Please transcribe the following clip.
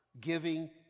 giving